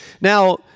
Now